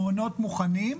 המעונות מוכנים?